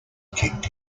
kicked